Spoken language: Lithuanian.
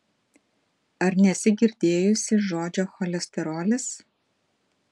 ar nesi girdėjusi žodžio cholesterolis